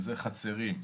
חצרים,